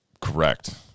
Correct